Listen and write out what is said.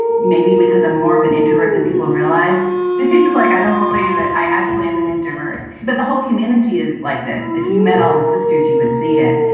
maybe because i'm more of an introvert than people realize things like, i don't believe it. i actually am an introvert. but the whole community is like this. if you met all the sisters, you would see it.